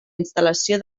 instal·lació